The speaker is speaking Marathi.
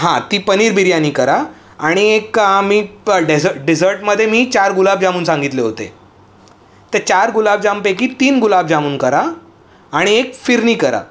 हां ती पनीर बिर्यानी करा आणि क आम्ही डेझर् डेझर्टमध्ये मी चार गुलाबजामून सांगितले होते त्या चार गुलाबजामपैकी तीन गुलाबजामून करा आणि एक फिरनी करा